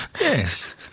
Yes